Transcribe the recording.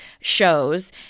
shows